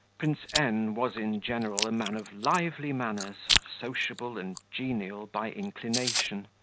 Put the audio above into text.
prince n was in general a man of lively manners, sociable and genial by inclination,